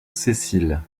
sessiles